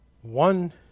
One